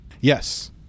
Yes